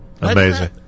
Amazing